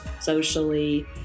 socially